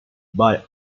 but